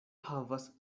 havas